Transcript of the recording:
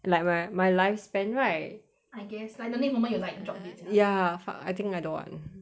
and like like my life span right I guess like the next moment you like drop dead sia ya fuck I think I don't want